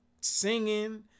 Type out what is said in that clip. singing